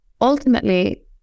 ultimately